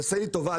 תעשה לי טובה,